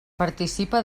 participa